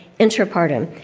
interpartum,